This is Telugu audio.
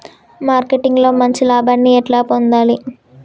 మార్కెటింగ్ లో మంచి లాభాల్ని ఎట్లా పొందాలి?